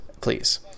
Please